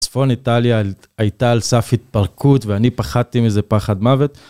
צפון איטליה הייתה על סף התפרקות ואני פחדתי מזה פחד מוות.